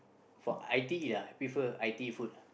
for I_T_E lah I prefer I_T_E food ah